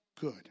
good